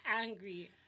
angry